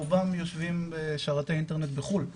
רובם יושבים בשרתי אינטרנט בחו"ל,